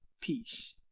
peace